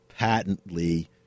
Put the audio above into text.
Patently